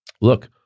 look